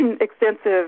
extensive